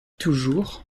toujours